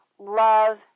Love